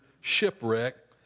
shipwreck